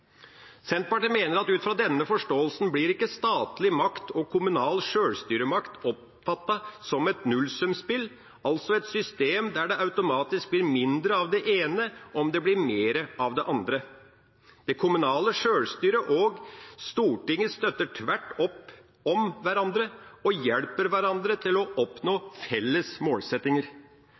Senterpartiet mener at ut fra denne forståelsen blir ikke statlig makt og kommunal sjølstyremakt oppfattet som et nullsumspill, altså et system der det automatisk blir mindre av det ene om det blir mer av det andre. Det kommunale sjølstyret og Stortinget støtter tvert imot opp om hverandre og hjelper hverandre til å oppnå felles målsettinger.